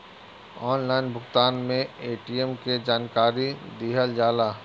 Online भुगतान में ATM के जानकारी दिहल जाला?